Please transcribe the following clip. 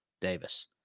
Davis